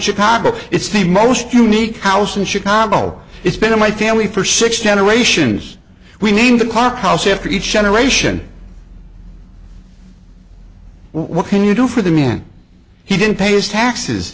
chicago it's the most unique house in chicago it's been in my family for six generations we need the park house after each generation what can you do for the man he didn't pay his taxes